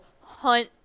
hunt